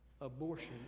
Abortion